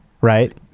Right